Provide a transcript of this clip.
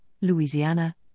Louisiana